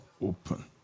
open